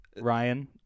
Ryan